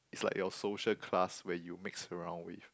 is like your social class where you mix around with